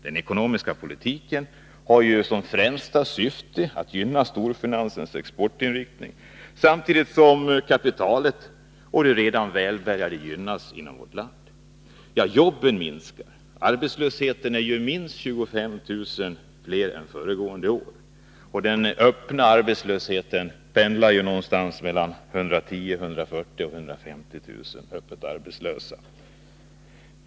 Den ekonomiska politiken har som främsta syfte att gynna storfinansens exportinriktning samtidigt som kapitalet och de redan välbärgade gynnas. Jobben minskar. De arbetslösa är minst 25 000 fler än förra året. Och den öppna arbetslösheten pendlar mellan 110 000, 140 000 och 150 000.